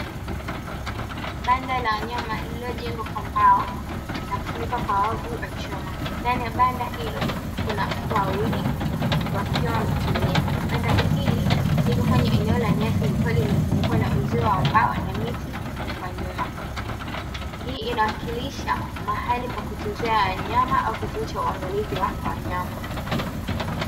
Banda la wanyama lililojengwa kwa mbao, na kufunikwa kwa wavu wa chuma ndani ya banda hilo kuna mbwa wawili wakiwa wametulia. Banda hili liko kwenye eneo la nyasi likiwa limezungukwa na uzio wa mbao na miti, kwa nyuma. Hii inawakilisha mahali pa kutunzia wanyama au kituo cha uangalizi wa wanyama.